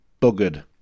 buggered